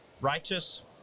righteous